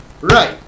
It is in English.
right